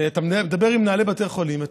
ואתה מדבר עם מנהלי בתי חולים,